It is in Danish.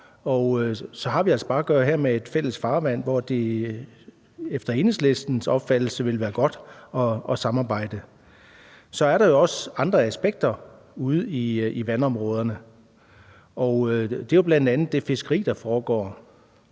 så har vi altså her at gøre med et fælles farvand, hvor det efter Enhedslistens opfattelse vil være godt at samarbejde. Så er der også andre aspekter ude i vandområderne, og det er jo bl.a. det fiskeri, der foregår.